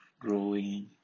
growing